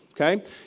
okay